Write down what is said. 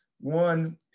One